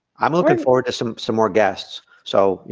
i'm looking forward to some some more guests. so yeah